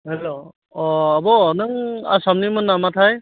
hello अ आब' नों आसामनिमोन नामाथाय